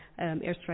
airstrikes